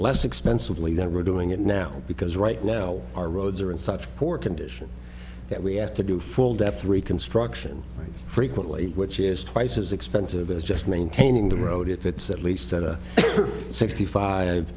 less expensively that we're doing it now because right well our roads are in such poor condition that we have to do full depth reconstruction frequently which is twice as expensive as just maintaining the road if it's at least sixty five